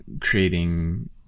creating